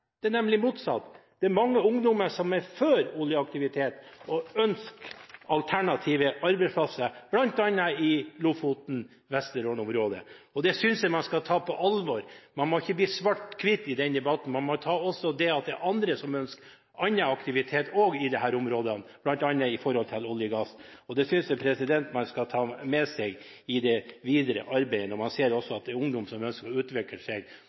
det er nemlig motsatt. Det er mange ungdommer som er for oljeaktivitet, og som ønsker alternative arbeidsplasser, bl.a. i Lofoten–Vesterålen-området. Det synes jeg man skal ta på alvor. Man må ikke se svart-hvitt på denne debatten. Man må også ta med at det er andre som ønsker annen aktivitet også i disse områdene, bl.a. når det gjelder olje og gass. Det synes jeg man skal ta med seg i det videre arbeidet, når man ser at det også er ungdom som ønsker å utvikle seg